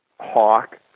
Hawk